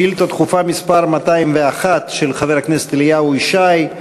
שאילתה דחופה מס' 201, של חבר הכנסת אליהו ישי.